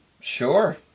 Sure